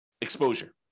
exposure